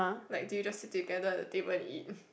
like do you sit together at the table and eat